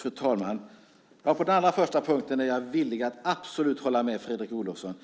Fru talman! På den första punkten är jag villig att absolut hålla med Fredrik Olovsson.